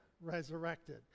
resurrected